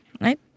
right